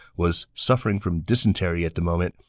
was suffering from dysentery at the moment,